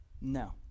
No